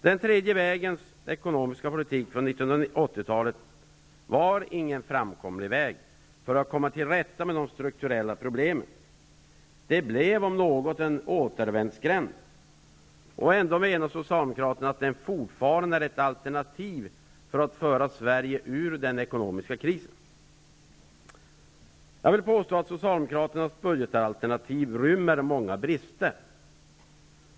Den tredje vägens politik från 1980-talet var ingen framkomlig väg för att komma till rätta med de strukturella problemen. Den blev om något en återvändsgränd. Ändå menar Socialdemokraterna att den fortfarande är ett alternativ för att föra Jag vill påstå att Socialdemokraternas budgetalternativ rymmer många brister.